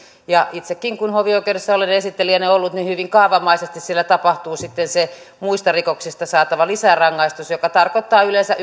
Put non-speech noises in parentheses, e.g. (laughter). ja itsekin kun hovioikeudessa olen esittelijänä ollut niin hyvin kaavamaisesti siellä tapahtuu sitten se muista rikoksista saatava lisärangaistus joka tarkoittaa yleensä (unintelligible)